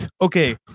okay